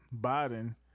Biden